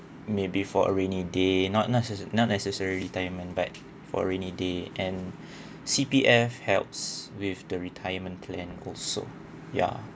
maybe for a rainy day not necess~ not necessarily retirement but for rainy day and C_P_F helps with the retirement plan also ya